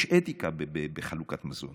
יש אתיקה בחלוקת מזון,